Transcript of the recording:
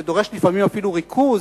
זה דורש לפעמים אפילו ריכוז,